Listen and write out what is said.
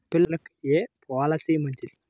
పిల్లలకు ఏ పొలసీ మంచిది?